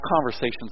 conversations